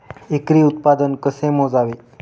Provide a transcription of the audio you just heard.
एकरी उत्पादन कसे मोजावे?